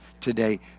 today